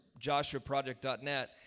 joshuaproject.net